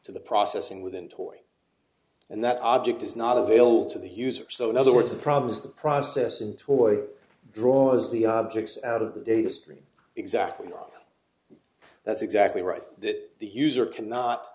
to the processing within toy and that object is not available to the user so in other words the problem is the process and toy draws the objects out of the data stream exactly that's exactly right that the user cannot